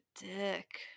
dick